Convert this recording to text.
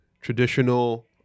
traditional